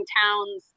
towns